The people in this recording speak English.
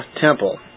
temple